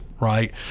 right